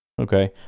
Okay